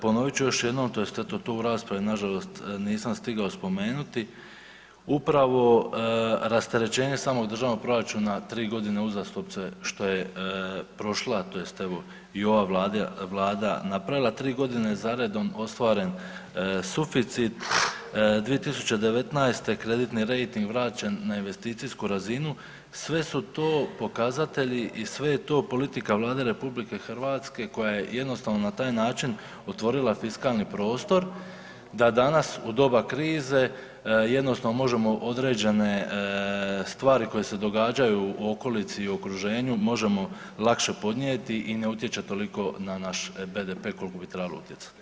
Ponovit ću još jednom to eto u raspravi nažalost nisam stigao spomenuti, upravo rasterećenje samog državnog proračuna tri godine uzastopce što je prošla tj. i ova Vlada napravila, tri godine za redom ostvaren suficit, 2019. kreditni rejting vraćen na investicijsku razinu, sve su to pokazatelji i sve je to politika Vlade RH koja je jednostavno na taj način otvorila fiskalni prostor da danas u doba krize jednostavno možemo određene stvari koje se događaju u okolici i okruženju možemo lakše podnijeti i ne utječe toliko na naš BDP koliko bi trebalo utjecati.